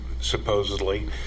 supposedly